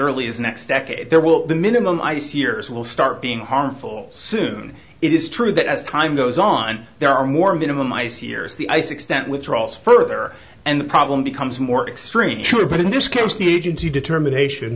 early as next decade there will be minimal nice years will start being harmful soon it is true that as time goes on there are more minimum ice years the ice extent withdrawals further and the problem becomes more extreme sure but in this case the agency determination